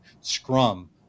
scrum